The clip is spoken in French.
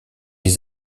les